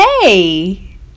hey